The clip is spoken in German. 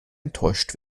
enttäuscht